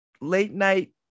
late-night